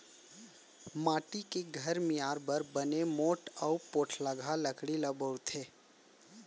माटी के घर मियार बर बने मोठ अउ पोठलगहा लकड़ी ल बउरथे